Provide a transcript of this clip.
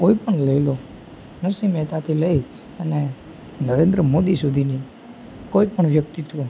કોઈ પણ લઈ લો નરસિંહ મહેતાથી લઈ અને નરેન્દ્ર મોદી સુધીની કોઈ પણ વ્યક્તિત્વ